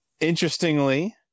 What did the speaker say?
Interestingly